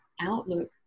outlook